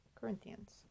Corinthians